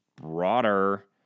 broader